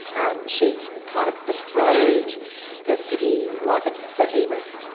um she's kind of bestrode the city like a behemoth.